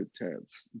intense